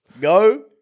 Go